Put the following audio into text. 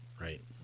Right